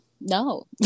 No